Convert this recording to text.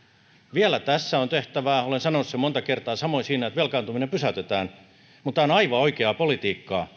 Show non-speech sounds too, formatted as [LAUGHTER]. vielä tässä on tehtävää olen sanonut sen monta kertaa samoin siinä että velkaantuminen pysäytetään mutta tämä on aivan oikeaa politiikkaa [UNINTELLIGIBLE]